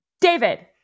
David